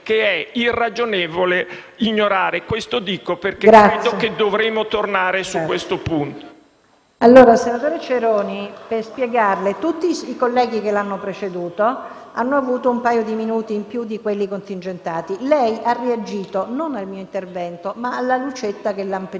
Senatore Ceroni, tutti i colleghi che l'hanno preceduta hanno avuto un paio di minuti in più di quelli contingentati. Lei ha reagito non al mio intervento, ma alla lucetta che lampeggiava;